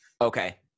okay